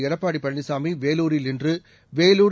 எடப்பாடி பழனிசாமி வேலூரில் இன்று வேலூர்